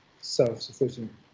self-sufficient